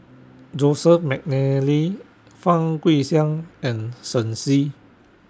Joseph Mcnally Fang Guixiang and Shen Xi